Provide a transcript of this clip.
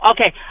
okay